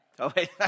Okay